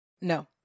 No